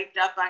up